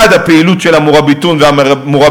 1. הפעילות של ה"מוראביטון" וה"מוראביטאת",